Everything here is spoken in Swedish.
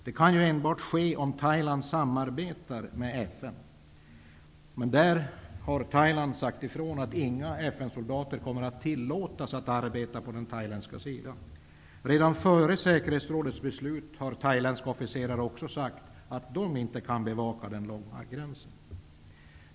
Det kan enbart ske om Thailand samarbetar med FN. Men Thailand har sagt ifrån att inga FN-soldater kommer att tillåtas att arbeta på den thailändska sidan. Redan före säkerhetsrådets beslut har thailändska officerare också sagt att de inte kan bevaka den långa gränsen.